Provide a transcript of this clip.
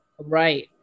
Right